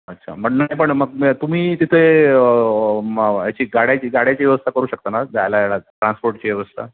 अच्छा मग नाही पण मग तुम्ही तिथे मग याची गाड्याची गाड्याची व्यवस्था करू शकता ना जायला याला ट्रान्सपोर्टची व्यवस्था